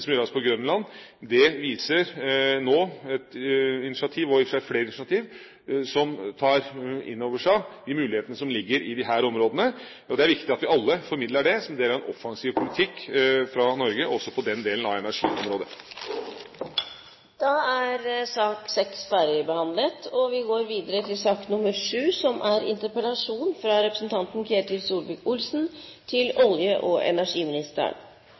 som gjøres på Grønland, viser nå et initiativ – i og for seg flere initiativ – som tar inn over seg de mulighetene som ligger i disse områdene. Det er viktig at vi alle formidler det som en del av en offensiv politikk fra Norges side, også på den delen av energiområdet. Debatten i sak nr. 6 er avsluttet. Med tanke på forrige debatt: Hvis statsråden heller vi gi oss fasiten til regjeringen når det gjelder Lofoten og